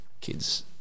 kids